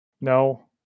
No